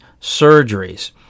surgeries